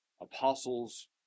apostles